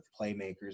playmakers